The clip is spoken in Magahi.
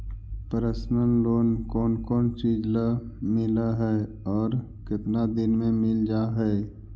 पर्सनल लोन कोन कोन चिज ल मिल है और केतना दिन में मिल जा है?